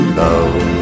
love